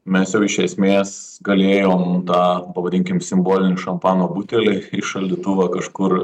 mes jau iš esmės galėjom tą pavadinkim simbolinį šampano butelį į šaldytuvą kažkur